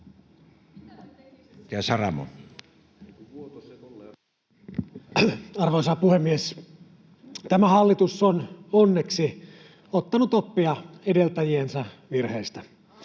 Arvoisa puhemies! Tämä hallitus on onneksi ottanut oppia edeltäjiensä virheistä.